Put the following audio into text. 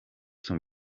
some